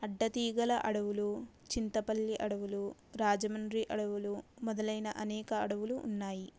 అడ్డ తీగల అడవులు చింతపల్లి అడవులు రాజమండ్రి అడవులు మొదలైన అనేక అడవులు ఉన్నాయి